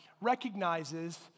recognizes